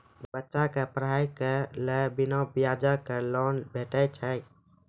बच्चाक पढ़ाईक लेल बिना ब्याजक लोन भेटै छै?